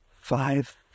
Five